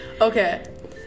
Okay